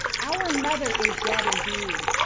our mother is dead indeed,